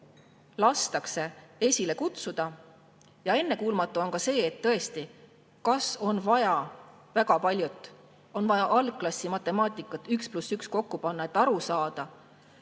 lasti esile kutsuda. Ja ennekuulmatu on ka see, et tõesti, kas on vaja väga palju [tarkust] – on vaja algklassi matemaatikat, üks pluss üks kokku panna –, et aru saada,